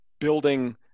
Building